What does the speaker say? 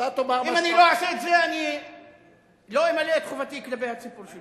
אם אני לא אעשה את זה אני לא אמלא את חובתי כלפי הציבור שלי.